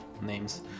names